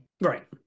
Right